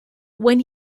when